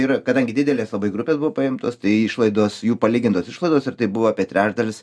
ir kadangi didelės labai grupės buvo paimtos tai išlaidos jų palygintos išlaidos ir tai buvo apie trečdalis